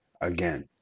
again